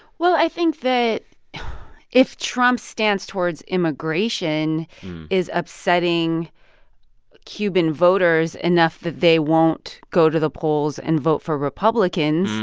well, i think that if trump's stance towards immigration is upsetting ah cuban voters enough that they won't go to the polls and vote for republicans,